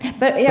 but, yeah